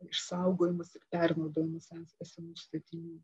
išsaugojimas ir pernaudojimas es esamų statinių